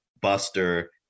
Buster